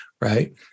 Right